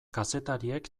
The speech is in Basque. kazetariek